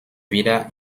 wieder